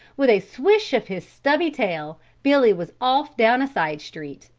with a swish of his stubby tail billy was off down a side street,